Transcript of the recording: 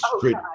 great